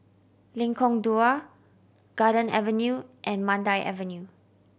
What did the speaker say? Lengkong Dua Garden Avenue and Mandai Avenue